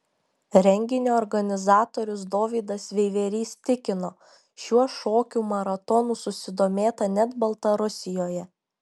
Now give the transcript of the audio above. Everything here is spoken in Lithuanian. renginio organizatorius dovydas veiverys tikino šiuo šokių maratonų susidomėta net baltarusijoje